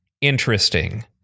interesting